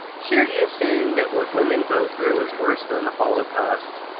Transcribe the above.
here he is saying that what women go through is worse than the holocaust